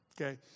Okay